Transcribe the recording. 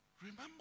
Remember